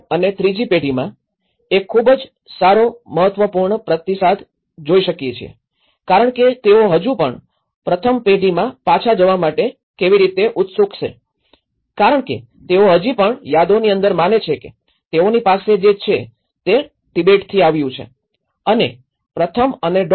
૫ અને ત્રીજી પેઢીમાં એક ખૂબ જ સારો મહત્વપૂર્ણ પ્રતિસાદ જોઈ શકીએ છીએ કારણ કે તેઓ હજુ પણ પ્રથમ પેઢીમાં પાછા જવા માટે કેવી રીતે ઉત્સુક છે કારણ કે તેઓ હજી પણ યાદોની અંદર માને છે કે તેઓની પાસે જે છે તે તિબેટથી આવ્યું છે અને પ્રથમ અને ૧